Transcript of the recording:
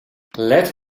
let